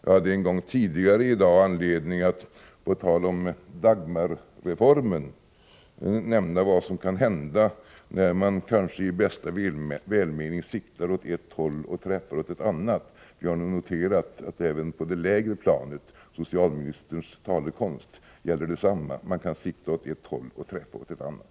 Jag hade en gång tidigare i dag, på tal om Dagmarreformen, anledning att nämna vad som kan hända när man — kanske i bästa välmening — siktar åt ett håll och träffar åt ett annat. Vi har nu noterat att även på det lägre planet gäller detsamma socialministerns talekonst — man kan sikta åt ett håll och träffa åt ett annat.